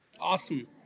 Awesome